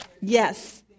Yes